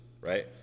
right